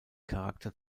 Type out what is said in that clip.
charakter